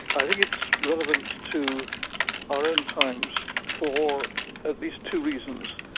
i think it's relevant to our own times for at least two reasons.